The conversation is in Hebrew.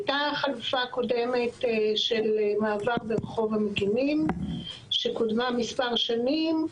הייתה החלופה הקודמת של מעבר ברחוב המגינים שקודמה מספר שנים,